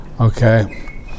Okay